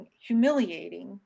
humiliating